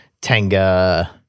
Tenga